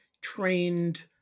trained